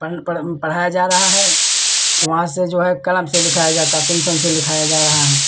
पढ़म पढ़ाया जा रहा है तो वहाँ से जो है कलम से लिखाया जा रहा पेन्सिल से लिखाया जा रहा है